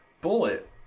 Bullet